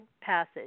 passage